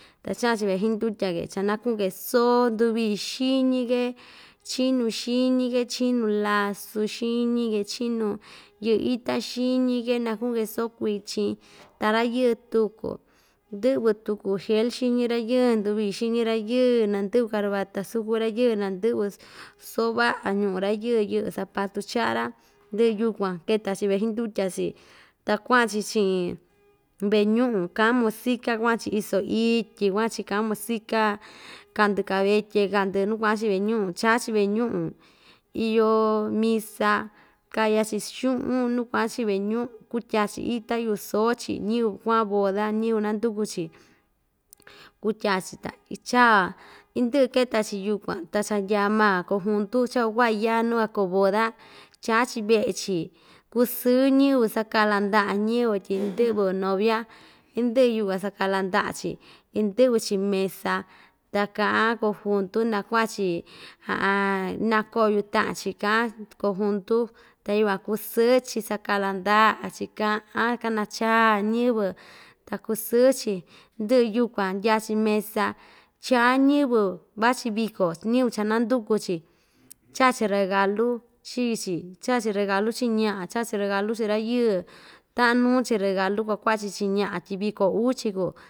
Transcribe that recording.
Ta chaꞌa‑chi veꞌe xindutya‑ke chanakiꞌi‑ke soo nduvii xiñi‑ke chinu xiñi‑ke chinu lasu xiñi‑ke chinu yɨꞌɨ ita xiñi‑ke nakuꞌun‑ke soo kui‑chin ta rayɨɨ tuku ndɨꞌvɨ tuku gel xiñi rayɨɨ nduvii xiñi ra‑yɨɨ nandɨꞌvɨ carata sukun rayɨɨ nandɨꞌvɨ soo vaꞌa ñuꞌu rayɨɨ yɨꞌɨ zapatu chaꞌa‑ra ndɨꞌɨ yukuan keta‑chi veꞌe xindutya‑chi ta kuaꞌan‑chi chiꞌin veꞌe ñuꞌu kaꞌa musica kuaꞌa‑chi iso ityi kuaꞌa‑chi kaꞌan musica kaꞌndɨ kavetye kaꞌndɨ nuu kuaꞌa‑chi veꞌe ñuꞌu chaa‑chi veꞌe ñuꞌu iyo misa kaya‑chi xuꞌun nuu kuaꞌa‑chi veꞌe ñuꞌun kutya‑chi ita yuꞌu soo‑chi ñiyɨvɨ kuaꞌan boda ñiyɨvɨ nanduku‑chi kutya‑chi ta ichaa indɨꞌɨ iketa‑chi yukuan ta cha ndyaa maa kojuntu cha kuakuaꞌa yaa nuu kuakoo boda chaa‑chi veꞌe‑chi kusɨɨ ñiyɨvɨ sakaꞌla ndaꞌa ñiyɨvɨ tyi indɨꞌvɨ novia indɨꞌɨ yukuan sakaꞌla ndaꞌa‑chi indɨꞌvɨ‑chi mesa ta kaꞌan kojuntu na kuaꞌa‑chi nakoꞌo yuꞌu taꞌan‑chi kaꞌan kojuntu ta yukuan kusɨɨ‑chi sakaꞌla ndaꞌa‑chi kaꞌan kanachaa ñiyɨvɨ ta kusɨɨ‑chi ndɨꞌɨ yukuan ndya‑chi mesa chaa ñiyɨvɨ vachi viko ñiyɨvɨ cha nanduku‑chi chaꞌa‑chi regalu chii‑chi chaꞌa‑chi regalu chii ñaꞌa chaꞌa‑chi regalu chii rayɨɨ taꞌan nuu‑chi regalu kuakuaꞌa‑chi chii ñaꞌa tyi viko uu‑chi kuu.